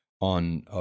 on